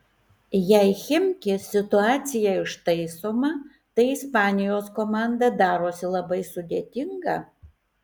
jei chimki situacija ištaisoma tai ispanijos komanda darosi labai sudėtinga